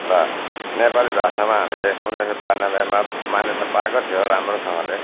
र नेपाली भाषामा हामीले उन्नाइस सय ब्यानब्बेमा मान्यता पाएको थियो राम्रोसँगले